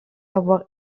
avoir